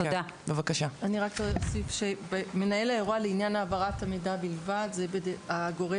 אני רק אוסיף שמנהל האירוע לעניין העברת המידע בלבד זה הגורם